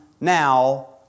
now